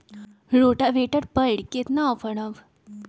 Rotavator पर केतना offer हव?